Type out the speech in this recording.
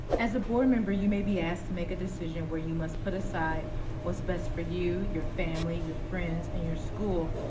as a board member, you may be asked to make a decision where you must put aside what's best for you, your family, your friends or and your school,